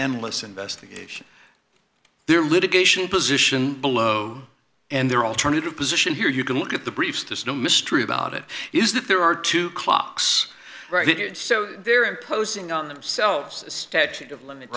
endless investigation there are litigation position below and their alternative position here you can look at the briefs there's no mystery about it is that there are two clocks right so they're imposing on themselves a statute of limit